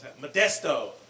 Modesto